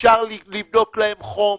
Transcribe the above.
אפשר למדוד להם חום,